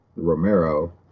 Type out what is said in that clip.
Romero